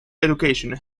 education